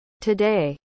Today